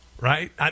right